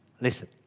Listen